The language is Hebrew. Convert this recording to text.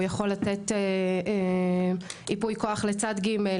הוא יכול לתת ייפוי כוח לצד ג',